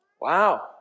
Wow